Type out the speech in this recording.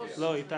6 נמנעים, אין